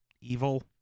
evil